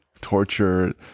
torture